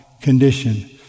condition